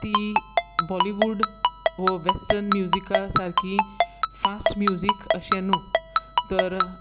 ती बॉलिवूड वो वॅस्टन म्युजिका सारकी फास्ट म्युजीक अशें न्हू तर